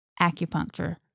acupuncture